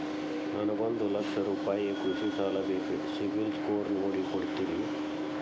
ನನಗೊಂದ ಲಕ್ಷ ರೂಪಾಯಿ ಕೃಷಿ ಸಾಲ ಬೇಕ್ರಿ ಸಿಬಿಲ್ ಸ್ಕೋರ್ ನೋಡಿ ಕೊಡ್ತೇರಿ?